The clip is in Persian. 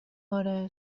آره